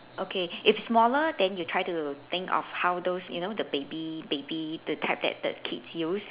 okay if smaller then you try to think of how those you know the baby baby the type that the kids use